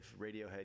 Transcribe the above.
Radiohead